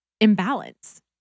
imbalance